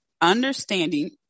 Understanding